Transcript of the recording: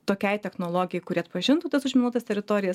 tokiai technologijai kuri atpažintų tas užminuotas teritorijas